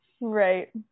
Right